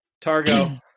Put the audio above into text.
Targo